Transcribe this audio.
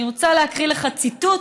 אני רוצה להקריא לך ציטוט.